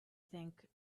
think